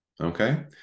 Okay